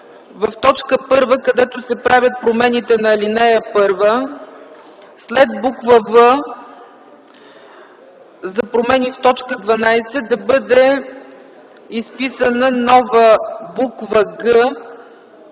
т. 1, където се правят промените на ал. 1 след буква „в” за промени в т. 12 да бъде изписана нова буква